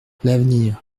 l’avenir